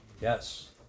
yes